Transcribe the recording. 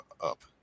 up